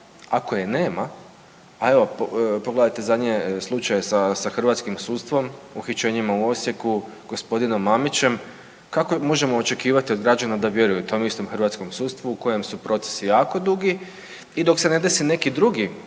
Ako je nema, a evo pogledajte zadnje slučajeve sa hrvatskim sudstvom, uhićenjima u Osijeku, gospodinom Mamićem, kako možemo očekivati od građana da vjeruju tom istom hrvatskom sudstvu u kojem su procesi jako dugi i dok se ne desi neki drugi